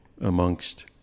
amongst